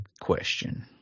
question